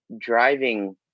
driving